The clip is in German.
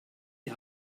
die